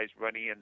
running